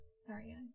Sorry